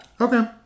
Okay